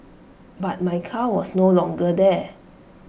but my car was no longer there